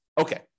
Okay